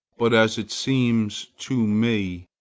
but, as it seems to me,